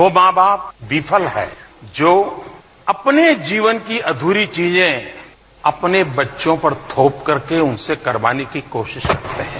वो मां बाप विफल है जो अपने जीवन की अध्ररी चीजें अपने बच्चों पर थोप करके उनसे करवाने की कोशिश कर रहे हैं